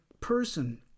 person